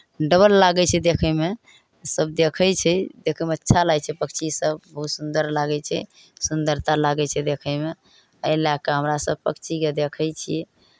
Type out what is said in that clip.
double लागै छै देखयमे सभ देखै छै देखयमे अच्छा लागै छै पक्षीसभ बहुत सुन्दर लागै छै सुन्दरता लागै छै देखयमे एहि लए कऽ हमरा सभ पक्षीकेँ देखै छियै